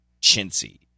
Chintzy